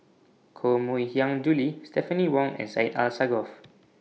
Koh Mui Hiang Julie Stephanie Wong and Syed Alsagoff